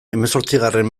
hemezortzigarren